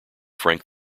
frank